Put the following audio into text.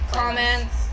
comments